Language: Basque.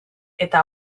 eta